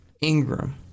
Ingram